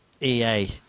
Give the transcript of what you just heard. EA